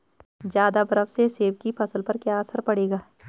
ज़्यादा बर्फ से सेब की फसल पर क्या असर पड़ेगा?